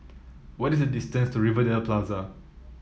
what is the distance to Rivervale Plaza